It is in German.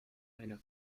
einer